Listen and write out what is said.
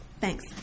Thanks